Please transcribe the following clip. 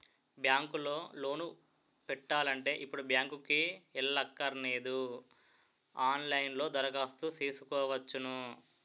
bank లో loan పెట్టాలంటే ఇప్పుడు బ్యాంకుకి ఎల్లక్కరనేదు ఆన్ లైన్ లో దరఖాస్తు సేసుకోవచ్చును